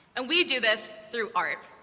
and we do this through art.